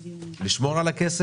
אני מעדיף לשמור על הכסף,